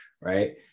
right